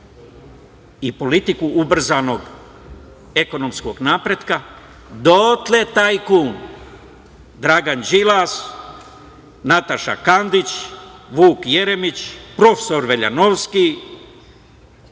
i politiku ubrzanog ekonomskog napretka, dotle tajkun Dragan Đilas, Nataša Kandić, Vuk Jeremić, profesor Veljanovski,